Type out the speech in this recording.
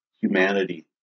humanity